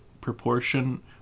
proportion